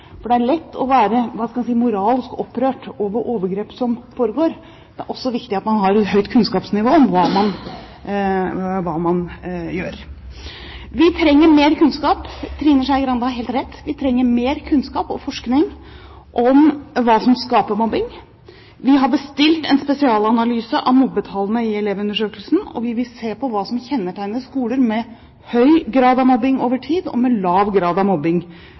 for det er lett å være – hva skal jeg si – moralsk opprørt over overgrep som foregår, men det er også viktig at man har et høyt kunnskapsnivå om hva man gjør. Vi trenger mer kunnskap – Trine Skei Grande har helt rett. Vi trenger mer kunnskap og forskning om hva som skaper mobbing. Vi har bestilt en spesialanalyse av mobbetallene i Elevundersøkelsen, og vi vil se på hva som kjennetegner skoler med høy grad av mobbing over tid, og med lav grad av mobbing